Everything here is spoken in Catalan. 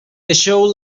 deixeu